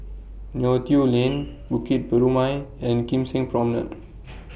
Neo Tiew Lane Bukit Purmei and Kim Seng Promenade